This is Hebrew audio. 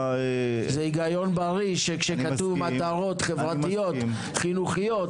זה היגיון בריא שכשכתוב מטרות חברתיות,